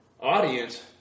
audience